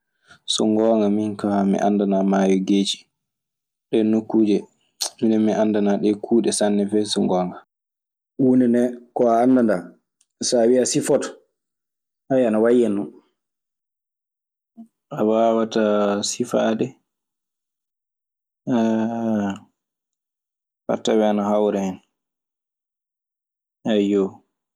So ngoonga minkaa mi anndanaa maayo geeci. Ɗee nokkuuje, minen min anndanaa ɗee kuuɗe sanne fey, so ngoonga. Huunde ne koo anndanaa so a wii a sifoto ana wayyano. A waawataa sifaade faa tawee ana hawra hen, ayyo.